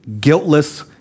guiltless